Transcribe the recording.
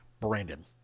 Brandon